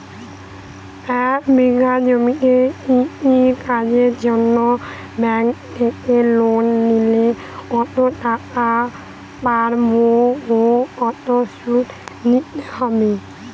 এক বিঘে জমিতে কৃষি কাজের জন্য ব্যাঙ্কের থেকে লোন নিলে কত টাকা পাবো ও কত শুধু দিতে হবে?